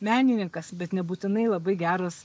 menininkas bet nebūtinai labai geras